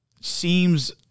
seems